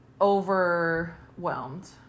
overwhelmed